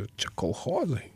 čia kolchozai